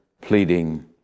pleading